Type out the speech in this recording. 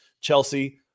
Chelsea